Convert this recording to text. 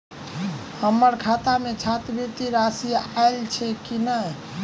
हम्मर खाता मे छात्रवृति राशि आइल छैय की नै?